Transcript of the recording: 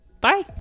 Bye